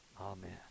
Amen